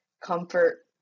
comfort